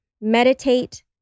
meditate